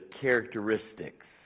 characteristics